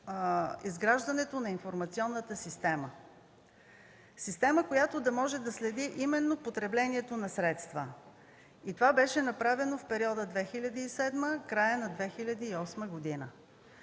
изграждането на информационната система, която да може да следи именно потреблението на средства. Това беше направено в периода 2007 – края на 2008 г.